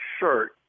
shirt